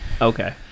Okay